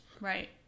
Right